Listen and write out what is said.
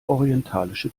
orientalische